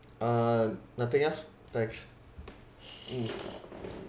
uh nothing else thanks mm